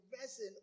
resin